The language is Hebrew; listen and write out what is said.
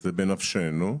זה בנפשנו.